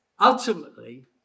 ultimately